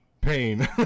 Pain